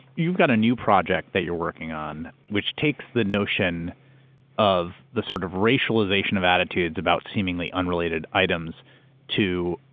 you've got a new project that you're working on, which takes the notion of the sort of racialization of attitudes about seemingly unrelated items to,